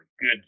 good